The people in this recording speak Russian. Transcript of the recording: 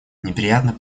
неприятно